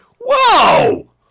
whoa